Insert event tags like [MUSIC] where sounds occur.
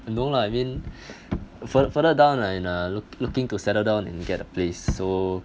no lah I mean [BREATH] fur~ further down like a look looking to settle down and get a place so